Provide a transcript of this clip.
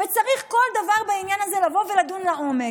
וצריך כל דבר בעניין הזה לבוא ולדון לעומק.